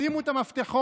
שימו את המפתחות.